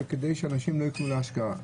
כדי שאנשים לא יקנו להשקעה.